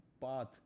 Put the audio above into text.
Path